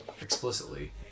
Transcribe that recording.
explicitly